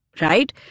right